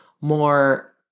more